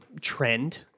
trend